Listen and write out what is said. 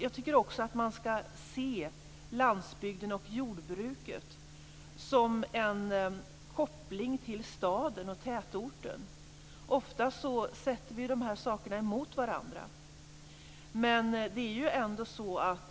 Jag tycker också att man skall se landsbygden och jordbruket kopplade till staden och tätorten. Ofta sätter vi de här begreppen emot varandra, men det är ändå så att